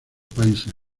países